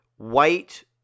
white